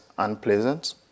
unpleasant